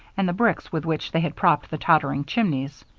and the bricks with which they had propped the tottering chimneys.